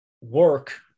work